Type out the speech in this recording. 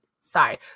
Sorry